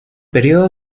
período